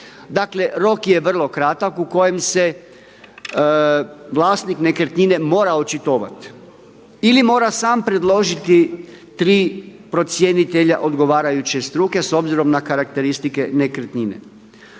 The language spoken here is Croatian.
Dakle, rok je vrlo kratak u kojem se vlasnik nekretnine mora očitovati ili mora sam predložiti tri procjenitelja odgovarajuće struke s obzirom na karakteristike nekretnine.